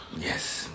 Yes